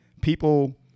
people –